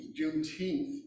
Juneteenth